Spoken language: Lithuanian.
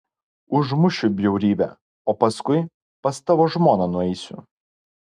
užmušiu bjaurybę o paskui pas tavo žmoną nueisiu